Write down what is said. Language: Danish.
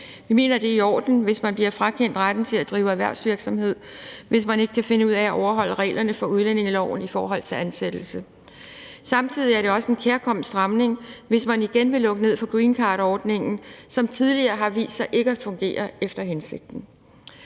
Vi mener, det er i orden, at man bliver frakendt retten til at drive erhvervsvirksomhed, hvis man ikke kan finde ud af at overholde reglerne i udlændingeloven med hensyn til ansættelser. Det er også en kærkommen stramning, hvis man igen vil lukke ned for greencardordningen, som tidligere har vist sig ikke at fungere efter hensigten.